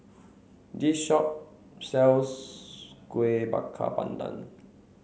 this shop sells Kueh Bakar Pandan